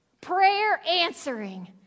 prayer-answering